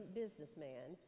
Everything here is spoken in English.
businessman